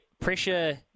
pressure